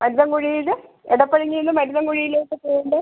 മരുതൻകുഴിയിൽ എടപ്പഴഞ്ഞിയിൽ മരുതൻകുഴിയിലേക്ക് പോവുമ്പോൾ